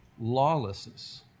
lawlessness